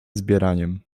zbieraniem